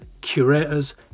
curators